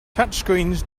touchscreens